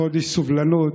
חודש סובלנות,